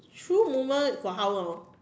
through moment for how long